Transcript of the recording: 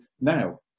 now